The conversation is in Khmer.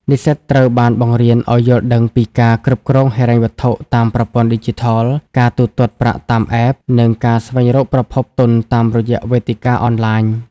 និស្សិតត្រូវបានបង្រៀនឱ្យយល់ដឹងពីការគ្រប់គ្រងហិរញ្ញវត្ថុតាមប្រព័ន្ធឌីជីថល ការទូទាត់ប្រាក់តាម App និងការស្វែងរកប្រភពទុនតាមរយៈវេទិកាអនឡាញ។